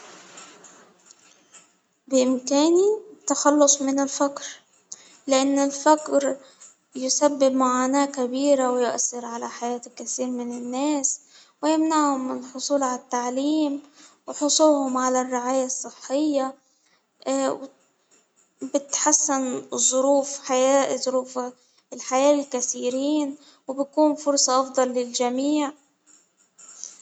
بإمكاني التخلص من الفقر، لأن الفقر يسبب معاناة كبيرة ويأثر على حياة كثير من الناس، ويمنعهم من الحصول على التعليم، وحصولهم على الرعاية الصحية، وبتحسن ظروف حياة ظروفها، الحياة للكثيرين وبتكون فرصة أفضل للجميع.